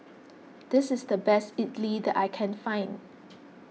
this is the best Idly that I can find